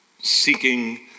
seeking